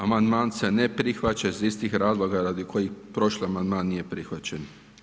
Amandman se ne prihvaća iz istih razloga radi kojih prošli amandman nije prihvaćen.